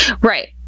Right